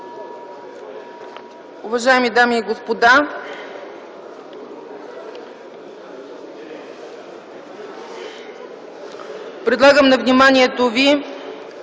Уважаеми дами и господа, предлагам на вниманието ви